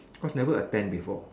cause never attend before